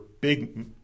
big